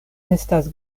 estas